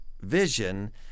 vision